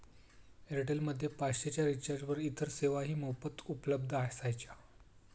Airtel मध्ये पाचशे च्या रिचार्जवर इतर सेवाही मोफत उपलब्ध असायच्या